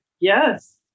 yes